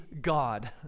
God